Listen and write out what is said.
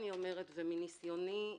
ומניסיוני,